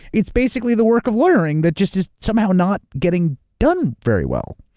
it's basically the work of lawyering that just is somehow not getting done very well.